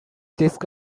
desk